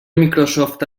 microsoft